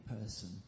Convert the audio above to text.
person